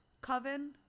Coven